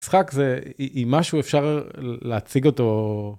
משחק זה אם משהו אפשר להציג אותו.